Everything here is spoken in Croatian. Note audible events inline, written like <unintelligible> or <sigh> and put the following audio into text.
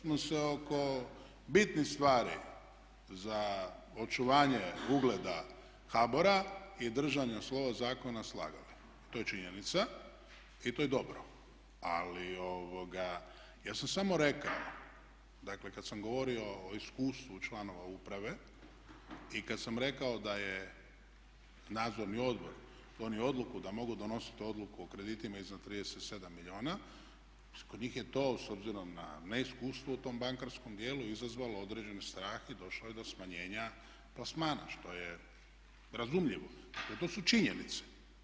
Slažemo se oko bitnih stvari za očuvanje ugleda HBOR-a i držanja slova zakona … <unintelligible> To je činjenica i to je dobro, ali ja sam samo rekao, dakle kad sam govorio o iskustvu članova uprave i kad sam rekao da je Nadzorni odbor donio odluku da mogu donositi odluku o kreditima iznad 37 milijuna kod njih je to s obzirom na neiskustvo u tom bankarskom dijelu izazvalo određeni strah i došlo je do smanjenja plasmana što je razumljivo jer to su činjenice.